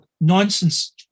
Nonsense